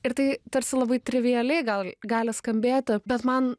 ir tai tarsi labai trivialiai gal gali skambėti bet man